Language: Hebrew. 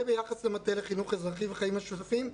זה ביחס למטה לחינוך אזרחי וחיים משותפים.